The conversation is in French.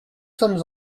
sommes